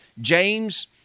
James